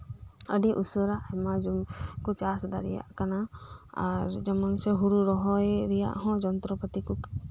ᱟᱹᱰᱤ ᱩᱥᱟᱹᱨᱟ ᱟᱭᱢᱟ ᱡᱚᱢᱤᱠᱚ ᱪᱟᱥ ᱫᱟᱲᱮᱭᱟᱜ ᱠᱟᱱᱟ ᱟᱨ ᱡᱮᱢᱚᱱ ᱪᱚ ᱦᱳᱲᱳ ᱨᱚᱦᱚᱭ ᱨᱮᱭᱟᱜ ᱦᱚᱸ ᱡᱚᱱᱛᱨᱚ ᱯᱟᱹᱛᱤᱠᱚ